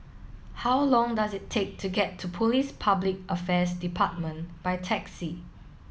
how long does it take to get to Police Public Affairs Department by taxi